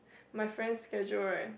my friend's schedule right